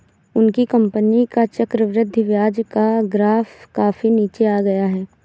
उनकी कंपनी का चक्रवृद्धि ब्याज का ग्राफ काफी नीचे आ गया है